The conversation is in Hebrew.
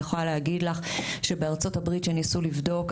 אני יכולה להגיד לך שבארצות הברית כשניסו לבדוק,